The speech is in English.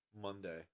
monday